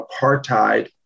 apartheid